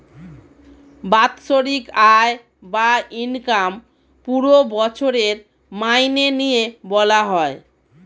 বাৎসরিক আয় বা ইনকাম পুরো বছরের মাইনে নিয়ে বলা হয়